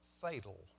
fatal